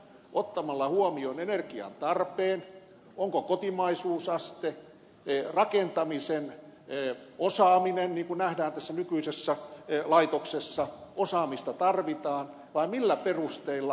ottamalla huomioon energian tarpeen kotimaisuusasteen rakentamisen osaamisen niin kuin nähdään tässä nykyisessä laitoksessa osaamista tarvitaan vai millä perusteilla